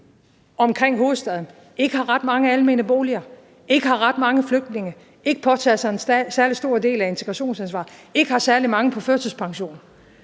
omkring hovedstaden ikke har ret mange almene boliger, ikke har ret mange flygtninge, ikke påtager sig en særlig stor del af integrationsansvaret og ikke har særlig mange på førtidspension,